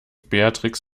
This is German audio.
beatrix